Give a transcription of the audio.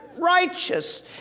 righteous